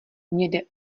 hnědé